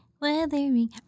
weathering